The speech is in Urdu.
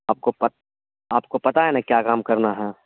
آپ کو آپ کو پتہ ہے نا کیا کام کرنا ہے